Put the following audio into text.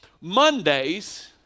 Mondays